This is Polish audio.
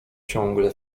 ciągle